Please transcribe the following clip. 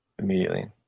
Immediately